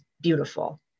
beautiful